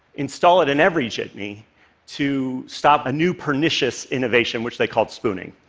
install it in every jitney to stop a new pernicious innovation which they called spooning.